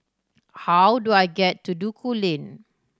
how do I get to Duku Lane